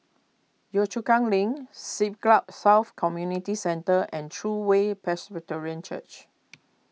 Yio Chu Kang Link Siglap South Community Centre and True Way Presbyterian Church